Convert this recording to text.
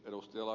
laxellille